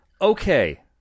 Okay